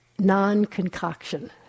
non-concoction